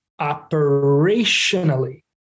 operationally